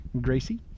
Gracie